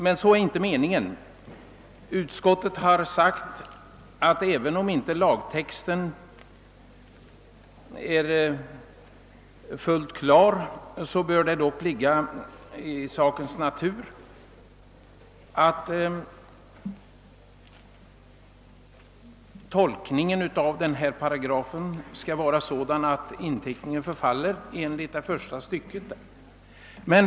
Men det är inte meningen. Utskottet har sagt att även om lagtexten. inte är fullt klar bör det ligga i sakens natur att tolkningen av denna paragraf skall vara att inteckningen förfaller enligt första stycket.